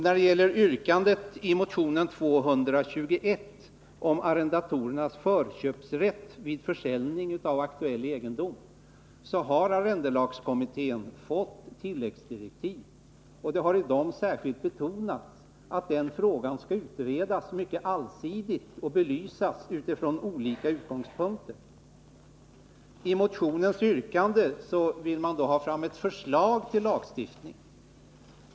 När det gäller yrkandet i motion 221 om arrendatorernas förköpsrätt vid försäljning av aktuell egendom har arrendelagskommittén fått tilläggsdirektiv att också behandla denna fråga. Det har i direktiven särskilt betonats att frågan skall utredas mycket allsidigt och belysas utifrån olika utgångspunkter. I motionen yrkas att riksdagen hos regeringen hemställer om förslag till lagstiftning.